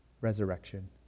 resurrection